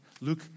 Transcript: Luke